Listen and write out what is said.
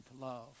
love